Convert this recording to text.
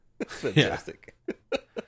Fantastic